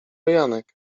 janek